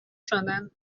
شدن